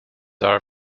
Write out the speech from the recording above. are